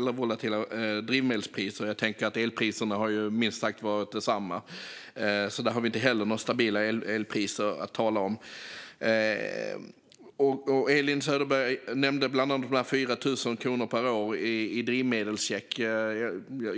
är volatila. Jag tänker att elpriserna också har varit det, minst sagt. Där har det inte heller varit några stabila priser att tala om. Elin Söderberg nämnde bland annat de 4 000 kronorna per år i drivmedelscheck.